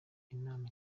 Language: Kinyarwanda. inama